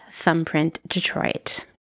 thumbprintdetroit